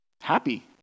happy